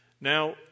Now